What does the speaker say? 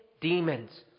demons